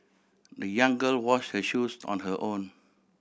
the young girl washed her shoes on her own